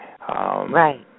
Right